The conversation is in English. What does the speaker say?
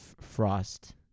frost